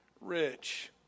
rich